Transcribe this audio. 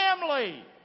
family